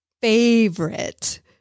favorite